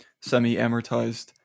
semi-amortized